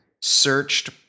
searched